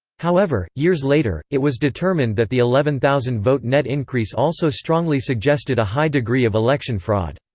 however, years later, it was determined that the eleven thousand vote net increase also strongly suggested a high degree of election fraud.